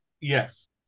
yes